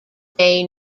bay